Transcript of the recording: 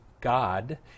God